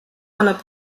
annab